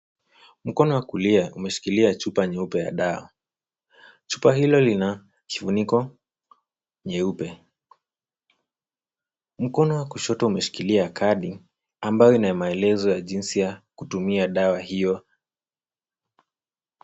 Mkono wa kulia umeshikilia chupa nyeupe ya dawa. Chupa hilo lina kifuniko nyeupe. Mkono wa kushoto umeshikilia kadi, ambayo ina maelezo ya jinsi ya kutumia dawa hiyo.